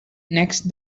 next